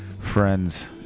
friends